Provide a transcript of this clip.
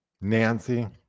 nancy